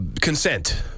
consent